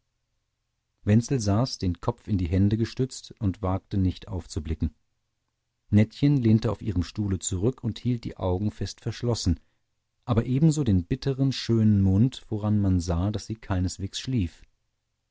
wenzel saß den kopf in die hände gestützt und wagte nicht aufzublicken nettchen lehnte auf ihrem stuhle zurück und hielt die augen fest verschlossen aber ebenso den bitteren schönen mund woran man sah daß sie keineswegs schlief